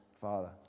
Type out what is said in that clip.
Father